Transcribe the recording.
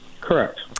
Correct